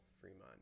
Fremont